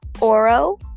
Oro